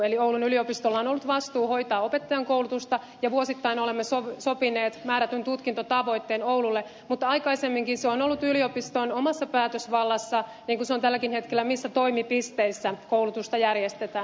eli oulun yliopistolla on ollut vastuu hoitaa opettajankoulutusta ja vuosittain olemme sopineet määrätyn tutkintotavoitteen oululle mutta aikaisemminkin se on ollut yliopiston omassa päätösvallassa niin kuin se on tälläkin hetkellä missä toimipisteissä koulutusta järjestetään